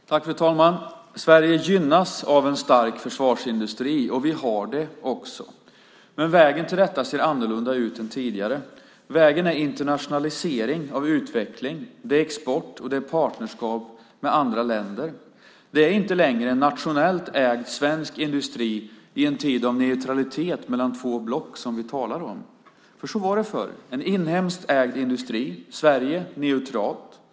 Fru talman! Sverige gynnas av en stark försvarsindustri. Vi har det också. Men vägen till detta ser annorlunda ut än tidigare. Vägen är internationalisering av utveckling. Det är export, och det är partnerskap med andra länder. Det är inte längre en nationellt ägd svensk industri i en tid av neutralitet mellan två block som vi talar om. Så var det förr: en inhemskt ägd industri och ett neutralt Sverige.